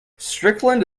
strickland